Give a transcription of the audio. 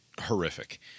horrific